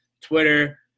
Twitter